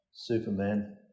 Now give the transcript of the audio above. Superman